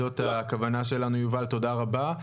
זאת הכוונה שלנו יובל, תודה רבה.